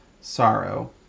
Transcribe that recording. sorrow